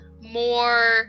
more